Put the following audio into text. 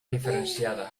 diferenciada